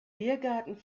biergarten